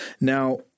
Now-